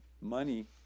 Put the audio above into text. money